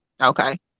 Okay